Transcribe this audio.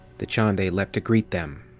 dachande leapt to greet them.